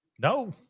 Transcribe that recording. No